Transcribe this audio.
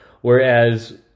whereas